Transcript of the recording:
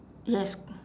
yes